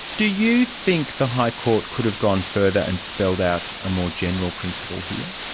do you think the high court could have gone further and spelled out a more general principle here?